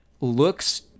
looks